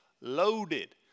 loaded